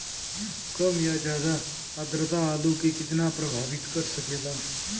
कम या ज्यादा आद्रता आलू के कितना प्रभावित कर सकेला?